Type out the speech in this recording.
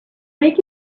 make